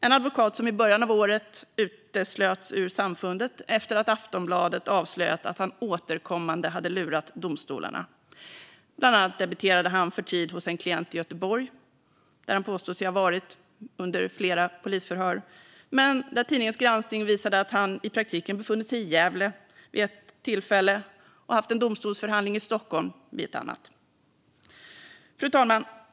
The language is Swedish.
Den advokaten uteslöts i början av året ur samfundet efter att Aftonbladet avslöjat att han återkommande hade lurat domstolarna. Bland annat debiterade han för tid hos en klient i Göteborg, där han påstod sig ha varit under flera polisförhör. Men tidningens granskning visade att han i själva verket befunnit sig i Gävle vid ett av dessa tillfällen och att han haft en domstolsförhandling i Stockholm vid ett annat. Fru talman!